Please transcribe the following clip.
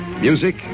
Music